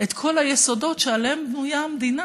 את כל היסודות שעליהם בנויה המדינה.